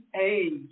age